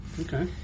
Okay